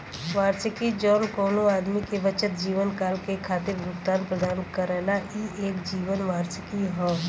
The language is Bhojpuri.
वार्षिकी जौन कउनो आदमी के बचल जीवनकाल के खातिर भुगतान प्रदान करला ई एक जीवन वार्षिकी हौ